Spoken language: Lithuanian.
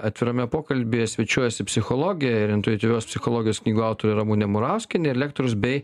atvirame pokalbyje svečiuojasi psichologė ir intuityvios psichologijos knygų autorė ramunė murauskienė lektorius bei